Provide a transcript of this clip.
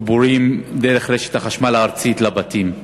חיבורים דרך רשת החשמל הארצית לבתים.